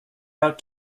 out